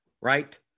right